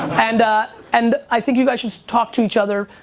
and and i think you guys should talk to each other.